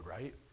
right